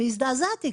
והזדעזעתי,